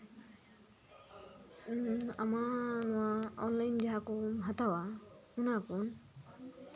ᱟᱢᱟᱝ online ᱡᱟᱦᱟᱸ ᱠᱚᱢ ᱦᱟᱛᱟᱣᱟ ᱚᱱᱟ ᱠᱚ